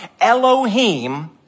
Elohim